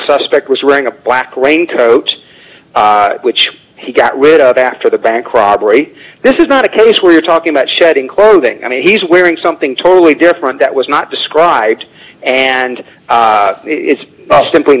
suspect was running a black raincoat which he got rid of after the bank robbery this is not a case where you're talking about shedding clothing i mean he's wearing something totally different that was not described and it's simply